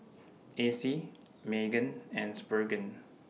Acey Meggan and Spurgeon